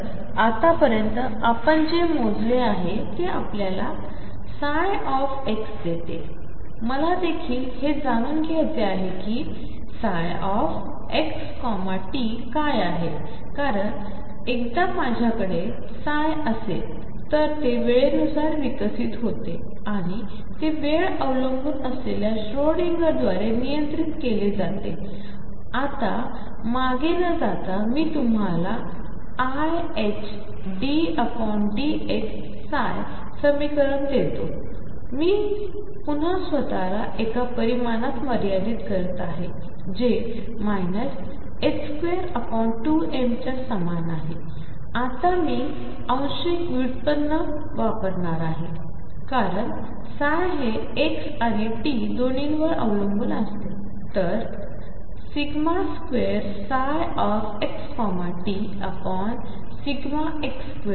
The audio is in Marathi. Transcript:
तर आतापर्यंतआपणजेमोजलेआहेतेआपल्यालाψ देते मलादेखीलहेजाणूनघ्यायचेआहेकीxtकायआहेकारणएकदामाझ्याकडे ψअसेलतरतेवेळेनुसारविकसितहोतेआणितेवेळअवलंबूनअसलेल्याश्रोडिंगरद्वारेनियंत्रितकेलेजातेआतामागेनजातामीतुम्हालाiℏdψdt समीकरणदेतोमीपुन्हास्वतःलाएकापरिमाणातमर्यादितकरतआहे जे 22mच्यासमानआहेआतामीआंशिकव्युत्पन्नवापरणारआहेकारण ψ हे x आणि t दोन्हीवरअवलंबूनअसते